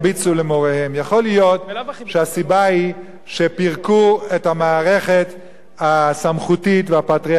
יכול להיות שהסיבה היא שפירקו את המערכת הסמכותית והפטריארכלית של האבא,